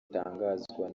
bitangazwa